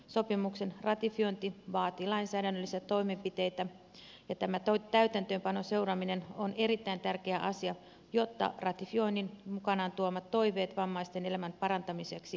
sopimuksen ratifiointi vaatii lainsäädännöllisiä toimenpiteitä ja tämän täytäntöönpanon seuraaminen on erittäin tärkeä asia jotta ratifioinnin mukanaan tuomat toiveet vammaisten elämän parantamiseksi myös toteutetaan